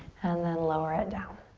and then lower it down.